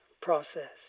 process